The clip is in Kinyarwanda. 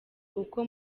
uko